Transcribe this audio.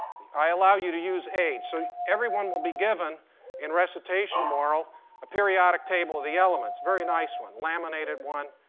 i allow you to use aids. so everyone will be given in recitation tomorrow a periodic table of the elements, very nice one, laminated one.